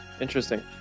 Interesting